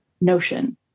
notion